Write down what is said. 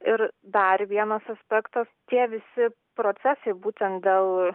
ir dar vienas aspektas tie visi procesai būtent dėl